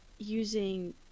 using